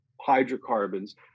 hydrocarbons